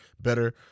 better